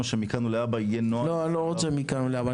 שמכאן והלאה יהיה- -- לא רוצה מכאן ולהבא.